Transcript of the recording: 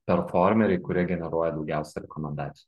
performeriai kurie generuoja daugiausia rekomendacijų